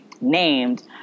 named